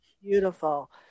Beautiful